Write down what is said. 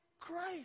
Christ